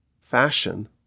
fashion